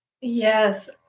Yes